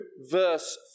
verse